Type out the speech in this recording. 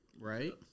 Right